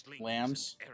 Lambs